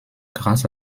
grâce